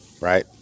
right